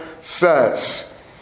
says